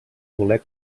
voler